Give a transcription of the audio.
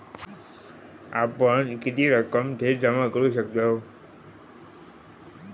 आपण किती रक्कम थेट जमा करू शकतव?